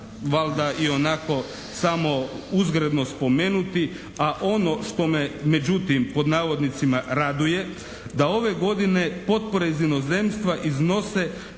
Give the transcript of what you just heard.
valjda ionako samo uzgredno spomenuti, a ono što me međutim "raduje" da ove godine potpore iz inozemstva iznose